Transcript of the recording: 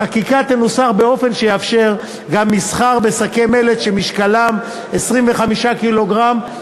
החקיקה תנוסח באופן שיאפשר גם מסחר בשקי מלט שמשקלם 25 קילוגרם,